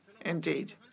indeed